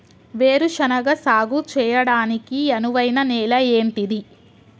వేరు శనగ సాగు చేయడానికి అనువైన నేల ఏంటిది?